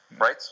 Right